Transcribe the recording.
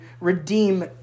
Redeem